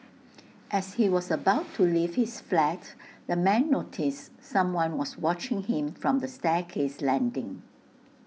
as he was about to leave his flat the man noticed someone was watching him from the staircase landing